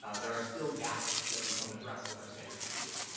ah there are still gaps that we don't address with our standard procedures.